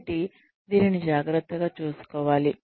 కాబట్టి దీనిని జాగ్రత్తగా చూసుకోవాలి